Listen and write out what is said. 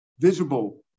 Visible